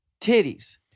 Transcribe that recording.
titties